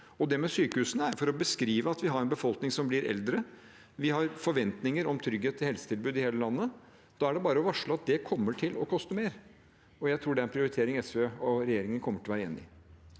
Det med sykehusene er for å beskrive at vi har en befolkning som blir eldre. Vi har forventninger om trygghet for helsetilbud i hele landet. Da er det bare å varsle at det kommer til å koste mer. Jeg tror det er en prioritering SV og regjeringen kommer til å være enige om.